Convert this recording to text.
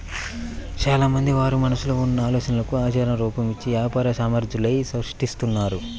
చాలామంది వారి మనసులో ఉన్న ఆలోచనలకు ఆచరణ రూపం, ఇచ్చి వ్యాపార సామ్రాజ్యాలనే సృష్టిస్తున్నారు